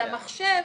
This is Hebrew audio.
על המחשב,